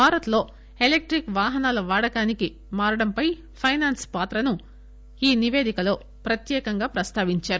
భారత్ లో స ఎలక్టిక్ వాహనాల వాడకానికి మారడంపై ఫైనాన్స్ పాత్రను ఈ నిపేదికలో ప్రత్యేకంగా ప్రస్తావించారు